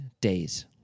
days